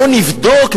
בוא נבדוק,